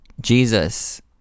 Jesus